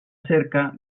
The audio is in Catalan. cerca